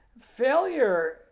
failure